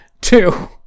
Two